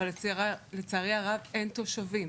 אבל לצערי הרב אין תושבים.